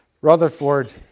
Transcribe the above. Rutherford